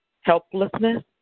helplessness